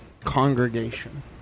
Congregation